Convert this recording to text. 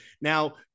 Now